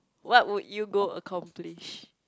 what would you go accomplish